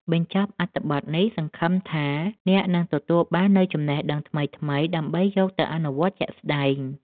បញ្ចប់អត្ថបទនេះសង្ឃឹមថាអ្នកនឹងទទួលបាននូវចំណេះដឹងថ្មីៗដើម្បីយកទៅអនុវត្តជាក់ស្ដែង។